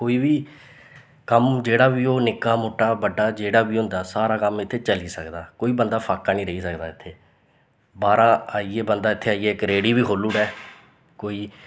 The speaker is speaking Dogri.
कोई बी कम्म जेह्ड़ा बी ओह् निक्का मुट्टा बड्डा जेह्ड़ा बी होंदा सारा कम्म इत्थें चली सकदा कोई बन्दा फाके नेईं रेही सकदा इत्थें बाह्रा आइयै बंदा इत्थें आइयै इक रेह्ड़ी बी खोलू ओड़े कोई